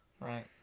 Right